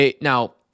Now